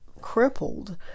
crippled